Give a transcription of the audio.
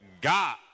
God